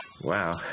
Wow